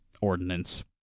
ordinance